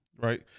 Right